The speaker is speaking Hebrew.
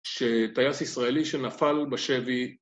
שטייס ישראלי שנפל בשבי